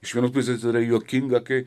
iš vienos pusės yra juokinga kai